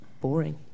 boring